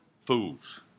fools